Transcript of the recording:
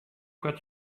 got